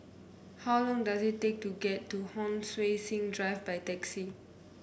how long does it take to get to Hon Sui Sen Drive by taxi